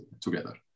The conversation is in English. together